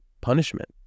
punishment